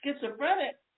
schizophrenic